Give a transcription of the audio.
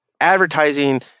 advertising